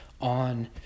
on